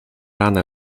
ranę